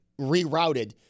rerouted